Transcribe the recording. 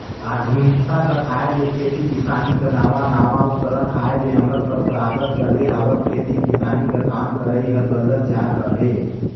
आधुनिकता कर आए ले खेती किसानी कर नावा नावा उपकरन कर आए ले हमर परपरागत चले आवत खेती किसानी कर काम करई हर बदलत जात अहे